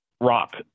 rock